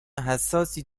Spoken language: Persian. حساسی